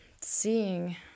seeing